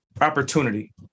opportunity